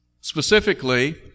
Specifically